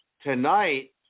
tonight